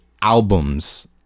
albums